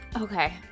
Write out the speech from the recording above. Okay